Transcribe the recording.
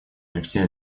алексей